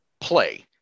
play